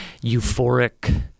euphoric